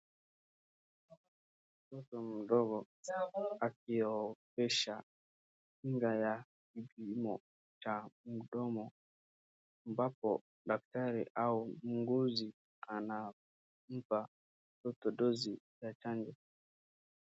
Mtoto mdogo akipokesha kinga cha kipimo ya mdomo ambapo daktari au mguzi anampa mtoto dozi ya chanjo.